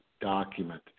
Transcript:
document